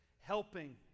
helping